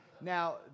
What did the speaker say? Now